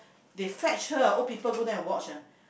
they fetch her old people go there and watch ah